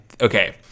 okay